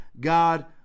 God